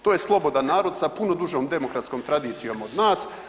To je slobodan narod sa puno dužom demokratskom tradicijom od nas.